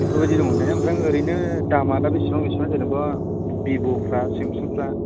बेफोरबायदि दङ ने ओमफ्राय ओरैनो दामआ दा बेसेबां बेसेबां जेनेबा भिभ'फ्रा सामसुंफ्रा